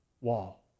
wall